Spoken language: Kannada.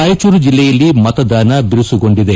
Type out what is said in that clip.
ರಾಯಚೂರು ಜಿಲ್ಲೆಯಲ್ಲಿ ಮತದಾನ ಬಿರುಸುಗೊಂಡಿದೆ